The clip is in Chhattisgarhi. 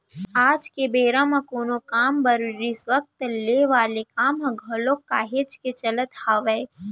आज के बेरा म कोनो काम बर रिस्वत ले वाले काम ह घलोक काहेच के चलत हावय